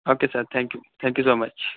okay sir thank you thank you so much